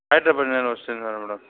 హైదరాబాద్ నేరు వస్తున్నారు మ్యాడమ్